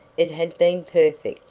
it has been perfect,